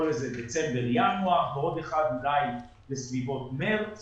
דצמבר-ינואר ועוד אחד אולי בסביבות מארס